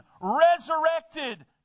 resurrected